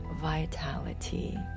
vitality